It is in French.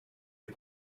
les